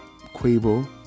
Quavo